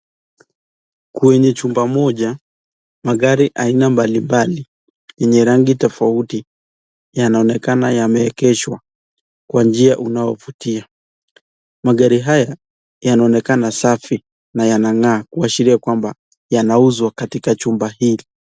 Kwenye chumba moja magari aina mbalimbali yenye rangi tofauti yanaonekana yameegeshwa kwa njia unaovutia. Magari haya yanaonekana safi na yanang'aa kuashiria kwamba yanauzwa katika chumba hii.